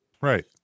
right